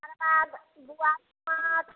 तकर बाद बुआरी माछ